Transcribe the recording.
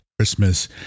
Christmas